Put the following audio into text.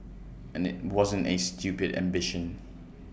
and IT wasn't A stupid ambition